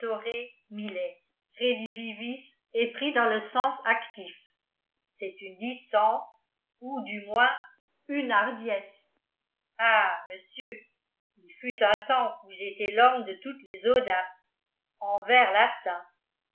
est pris dans le sens actif c'est une licence ou du moins un hardiesse ah monsieur il fut un temps ou j'étais l'homme de toutes les audaces en vers latins